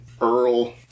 Earl